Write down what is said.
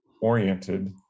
oriented